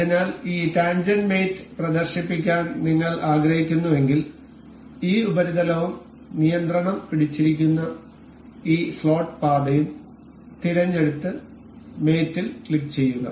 അതിനാൽ ഈ tangent mate പ്രദർശിപ്പിക്കാൻ നിങ്ങൾ ആഗ്രഹിക്കുന്നുവെങ്കിൽ ഈ ഉപരിതലവും നിയന്ത്രണം പിടിച്ചിരിക്കുന്ന ഈ സ്ലോട്ട് പാതയും തിരഞ്ഞെടുത്ത് മേറ്റ് ൽ ക്ലിക്കുചെയ്യുക